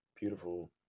beautiful